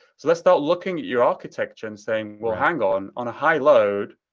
so let's start looking your architecture and saying, well hang on, on a high load,